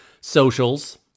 socials